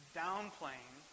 downplaying